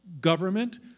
government